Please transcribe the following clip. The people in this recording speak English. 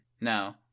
No